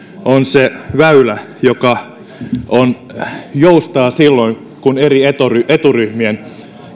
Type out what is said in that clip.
on se väylä joka joustaa silloin kun eri eturyhmien eturyhmien